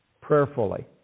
prayerfully